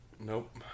Nope